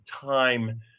time